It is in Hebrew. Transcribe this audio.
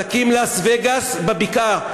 תקים לאס-וגאס בבקעה.